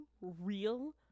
real